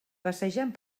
passejant